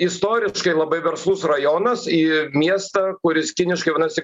istoriškai labai verslus rajonas į miestą kuris kiniškai vadinasi